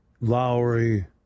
Lowry